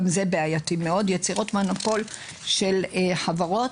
גם זה בעייתי מאוד, יצירת מונופול של חברות.